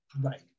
Right